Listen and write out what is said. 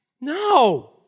No